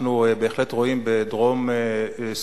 אנחנו בהחלט רואים בדרום-סודן